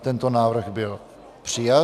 Tento návrh byl přijat.